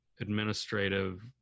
administrative